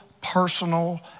personal